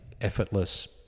effortless